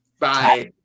Bye